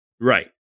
Right